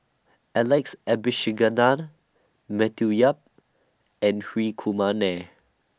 Alex Abisheganaden Matthew Yap and Hri Kumar Nair